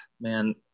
man